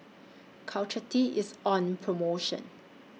Caltrate IS on promotion